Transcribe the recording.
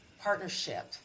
partnership